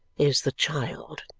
is the child.